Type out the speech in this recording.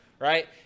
Right